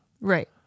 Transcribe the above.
Right